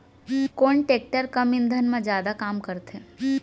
कोन टेकटर कम ईंधन मा जादा काम करथे?